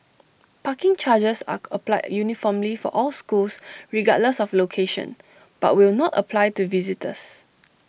parking charges are applied uniformly for all schools regardless of location but will not apply to visitors